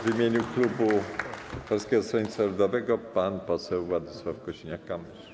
W imieniu klubu Polskiego Stronnictwa Ludowego pan poseł Władysław Kosiniak-Kamysz.